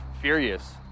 furious